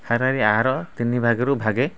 ହାରାହାରି ଏହାର ତିନି ଭାଗରୁ ଭାଗେ